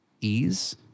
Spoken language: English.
ease